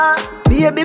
Baby